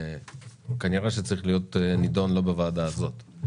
כנראה שצריך להיות נידון לא בוועדה הזאת,